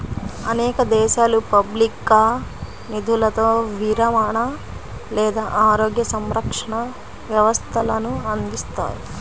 అనేక దేశాలు పబ్లిక్గా నిధులతో విరమణ లేదా ఆరోగ్య సంరక్షణ వ్యవస్థలను అందిస్తాయి